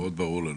מאד ברור לנו.